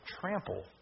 trample